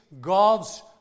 God's